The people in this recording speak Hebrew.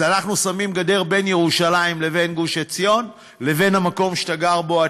אז אנחנו שמים גדר בין ירושלים לבין גוש-עציון לבין המקום שאתה גר בו,